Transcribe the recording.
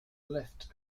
left